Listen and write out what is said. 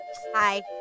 hi